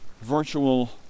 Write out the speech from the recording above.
virtual